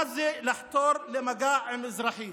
מה זה לחתור למגע עם אזרחים?